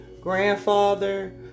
grandfather